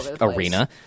arena